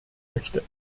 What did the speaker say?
möchte